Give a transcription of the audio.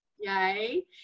yay